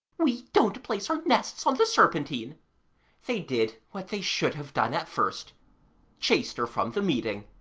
we don't place our nests on the serpentine they did what they should have done at first chased her from the meeting.